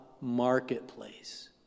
marketplace